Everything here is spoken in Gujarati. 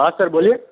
હા સર બોલીએ